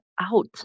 out